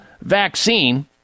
vaccine